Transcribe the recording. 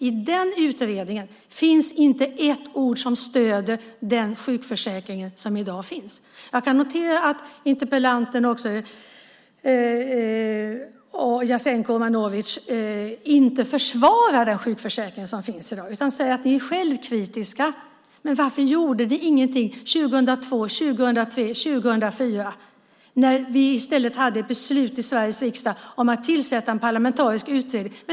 I den utredningen finns inte ett ord som stöder den sjukförsäkring som i dag finns. Jag kan notera att interpellanten och Jasenko Omanovic inte försvarar den sjukförsäkring som finns i dag, utan ni säger att ni är självkritiska. Men varför gjorde ni ingenting 2002, 2003 och 2004, när vi i stället fick ett beslut i Sveriges riksdag om att tillsätta en parlamentarisk utredning?